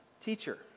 Teacher